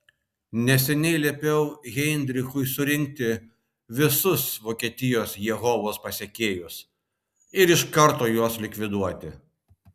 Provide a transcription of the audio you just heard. neseniai liepiau heidrichui surinkti visus vokietijos jehovos pasekėjus ir iš karto juos likviduoti